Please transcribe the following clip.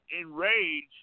enraged